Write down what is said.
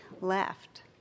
left